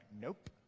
nope